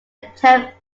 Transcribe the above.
attempt